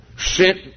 sent